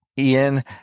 Ian